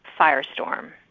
Firestorm